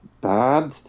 bad